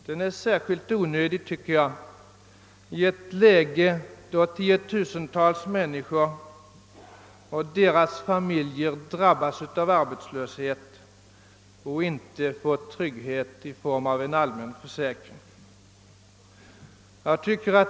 Den är särskilt onödig i ett läge då tiotusentals människor och deras familjer drabbas av arbetslöshet och inte får trygghet i form av en allmän försäkring.